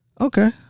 Okay